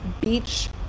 beach